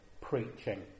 preaching